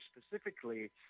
specifically